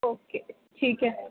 okay ٹھیک ہے